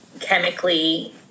chemically